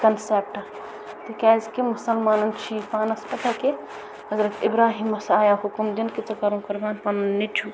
concept تِکیٛازِ کہِ مسلمانن چھُ یہِ پانس پتہہ کہِ حضرت ابراہیٖمس آیاو حُکُم دِنہٕ کہِ ژٕ کَرُن پنُن نیٚچو